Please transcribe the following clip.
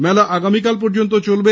মেলা আগামীকাল পর্যন্ত চলবে